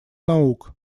наук